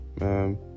man